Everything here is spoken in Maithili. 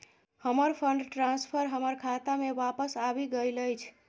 हमर फंड ट्रांसफर हमर खाता मे बापस आबि गइल अछि